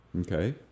Okay